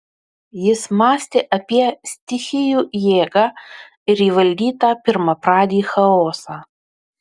jis mąstė apie stichijų jėgą ir įvaldytą pirmapradį chaosą